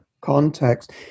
context